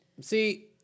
See